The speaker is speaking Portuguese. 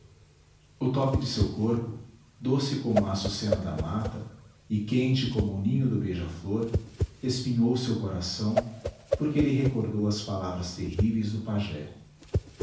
o toque de seu corpo doce como a açucena da mata e quente como o ninho do beija-flor espinhou seu coração porque lhe recordou as palavras terríveis do pajé